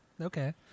Okay